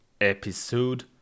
episode